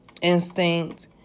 instinct